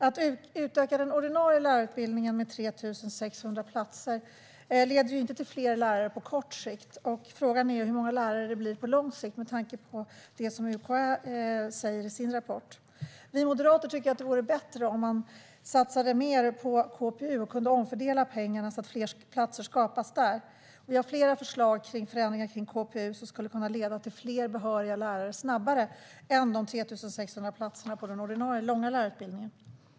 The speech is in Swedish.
Att utöka den ordinarie lärarutbildningen med 3 600 platser leder inte till fler lärare på kort sikt, och frågan är hur många lärare det blir på lång sikt med tanke på det UKÄ säger i sin rapport. Vi moderater tycker att det vore bättre om man satsade mer på KPU och kunde omfördela pengarna så att fler platser skapades där. Vi har flera förslag på förändringar kring KPU som skulle kunna leda till fler behöriga lärare snabbare än med de 3 600 platserna på den ordinarie, långa lärarutbildningen.